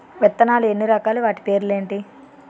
విత్తనాలు ఎన్ని రకాలు, వాటి పేర్లు ఏంటి?